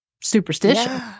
superstition